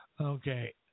Okay